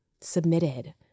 submitted